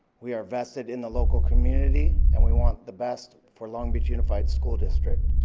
we are vested in the local community, and we want the best for long beach unified school district.